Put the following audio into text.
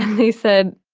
and they said,